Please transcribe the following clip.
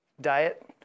diet